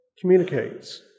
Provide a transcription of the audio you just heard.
communicates